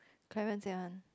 Clarence say one